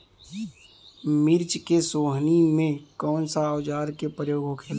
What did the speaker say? मिर्च के सोहनी में कौन सा औजार के प्रयोग होखेला?